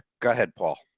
go ahead. paul